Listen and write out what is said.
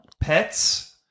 Pets